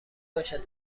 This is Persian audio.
باشد